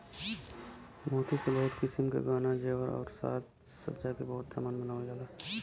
मोती से बहुत किसिम क गहना जेवर आउर साज सज्जा के बहुत सामान बनावल जाला